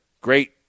great